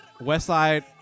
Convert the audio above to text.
Westside